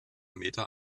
meter